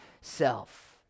self